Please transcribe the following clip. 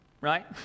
Right